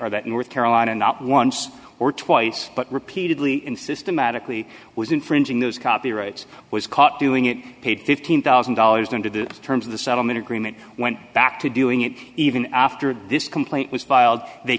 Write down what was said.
are that north carolina not once or twice but repeatedly in systematically was infringing those copyrights was caught doing it paid fifteen thousand dollars under the terms of the settlement agreement went back to doing it even after this complaint was filed they